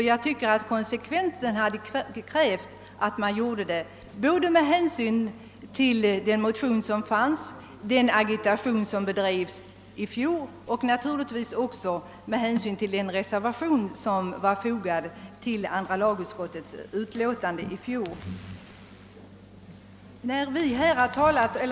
Jag tycker konsekvensen hade krävt att man återkommit med det i år, både med hänsyn till den motion som fanns, den agitation som bedrevs i fjol och naturligtvis också den reservation som var fogad till andra lagutskottets utlåtande i fjol.